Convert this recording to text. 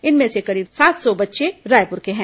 इनमें से करीब सात सौ बच्चे रायपुर के हैं